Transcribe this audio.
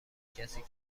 کسی